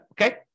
Okay